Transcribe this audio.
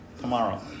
tomorrow